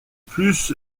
plus